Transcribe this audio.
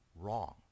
wrong